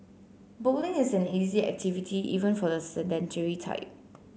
bowling is an easy activity even for the sedentary type